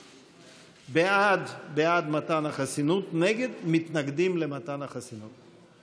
בעד, בעד מתן חסינות, נגד, מתנגדים למתן החסינות.